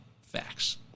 facts